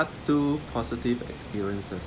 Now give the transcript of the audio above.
part two positive experiences